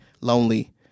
lonely